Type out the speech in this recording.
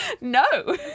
no